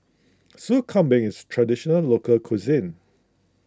Sup Kambing is Traditional Local Cuisine